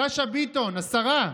שאשא ביטון, השרה,